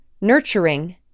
nurturing